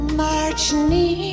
marching